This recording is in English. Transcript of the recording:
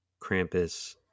krampus